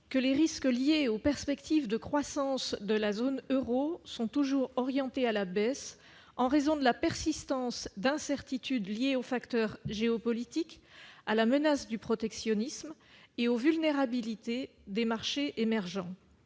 que les risques liés aux perspectives de croissance de la zone Euro sont toujours orientés à la baisse en raison de la persistance d'incertitudes liées aux facteurs géopolitiques à la menace du protectionnisme et aux vulnérabilité des marchés émergents,